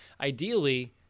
ideally